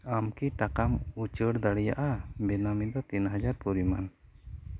ᱟᱢ ᱠᱤ ᱴᱟᱠᱟᱢ ᱩᱪᱟᱹᱲ ᱫᱟᱲᱮᱭᱟᱜᱼᱟ ᱵᱮᱱᱟᱢᱤ ᱫᱚ ᱛᱤᱱ ᱦᱟᱡᱟᱨ ᱯᱚᱨᱤᱢᱟᱱ